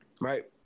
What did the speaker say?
Right